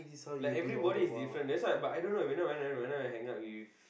like everybody is different that's why but I don't know we are not we are not we are not going to hang out with